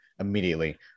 immediately